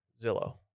Zillow